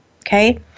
okay